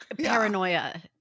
paranoia